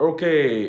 Okay